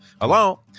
hello